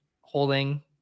holding